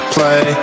Play